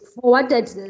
forwarded